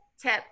tip